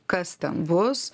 kas ten bus